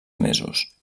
mesos